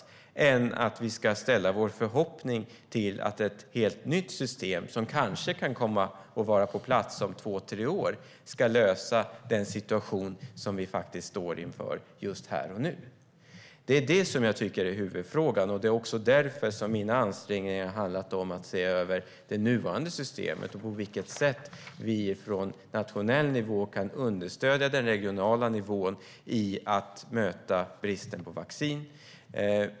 Vore det inte bättre än att vi ska ställa vår förhoppning till att ett helt nytt system som kanske kan vara på plats om två tre år ska lösa den situation vi står inför just här och nu? Det tycker jag är huvudfrågan. Det är också därför som mina ansträngningar har handlat om att se över det nuvarande systemet och hur vi från nationell nivå kan understödja den regionala nivån i att möta bristen på vaccin.